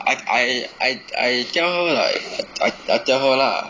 I I I I tell her like I tell her lah